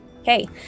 Okay